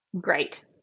Great